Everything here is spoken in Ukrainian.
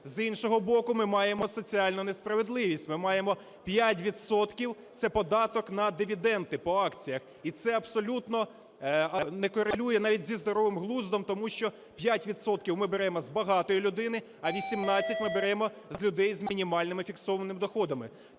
З іншого боку ми маємо соціальну несправедливість, ми маємо 5 відсотків – це податок на дивіденди по акціях. І це абсолютно не корелює навіть зі здоровим глуздом, тому що 5 відсотків ми беремо з багатої людини, а 18 ми беремо з людей з мінімальними фіксованими доходами.